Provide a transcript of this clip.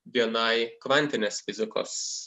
vienai kvantinės fizikos